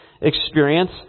experience